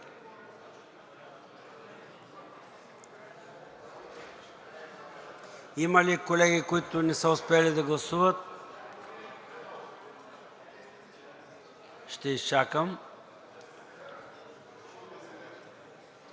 Има ли колеги, които не са успели да гласуват? (Народни